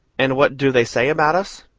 and what do they say about us?